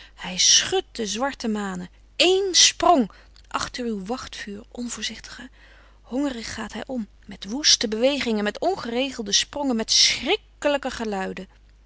hij schudt de zwarte manen eén sprong achter uw wachtvuur onvoorzichtige hongerig gaat hij om met woeste bewegingen met ongeregelde sprongen met schrikkelijke geluiden